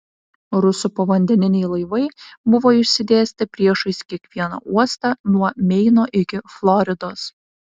rusų povandeniniai laivai buvo išsidėstę priešais kiekvieną uostą nuo meino iki floridos